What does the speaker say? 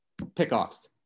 pickoffs